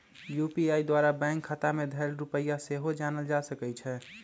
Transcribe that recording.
UPI द्वारा bank खता में धएल रुपइया सेहो जानल जा सकइ छै